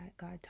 God